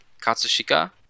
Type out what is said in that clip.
Katsushika